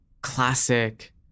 classic